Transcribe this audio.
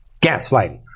Gaslighting